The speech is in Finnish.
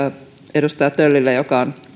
edustaja töllille joka on